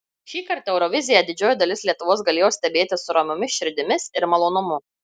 šįkart euroviziją didžioji dalis lietuvos galėjo stebėti su ramiomis širdimis ir malonumu